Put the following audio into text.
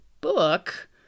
book